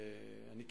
המוהיקנים האחרונים.